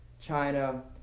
China